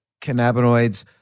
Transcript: cannabinoids